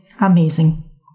amazing